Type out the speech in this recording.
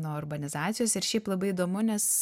nuo urbanizacijos ir šiaip labai įdomu nes